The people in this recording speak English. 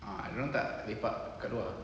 ah dorang tak lepak kat luar